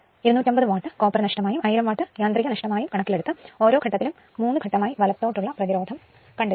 250 watt copper നഷ്ടം ആയും 1000 watt യാന്ത്രിക നഷ്ടമായും കണക്കിൽ എടുത്ത് ഓരോ ഘട്ടത്തിലും 3 ഘട്ടം ആയി വലത്തോടുള്ള പ്രതിരോധം കണ്ടെത്തുക